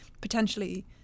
Potentially